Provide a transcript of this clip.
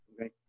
okay